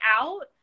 out